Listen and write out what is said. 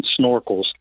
snorkels